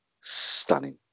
stunning